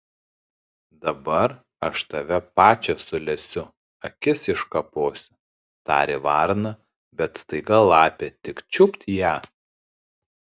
dabar aš tave pačią sulesiu akis iškaposiu tarė varna bet staiga lapė tik čiupt ją